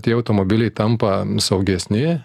tie automobiliai tampa saugesni